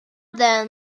than